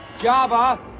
Java